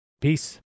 Peace